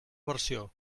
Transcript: versió